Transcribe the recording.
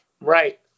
Right